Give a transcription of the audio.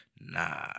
nah